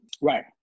right